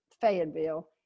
Fayetteville